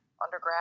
undergrad